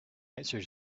answered